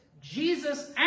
Jesus